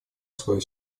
свою